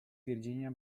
virginia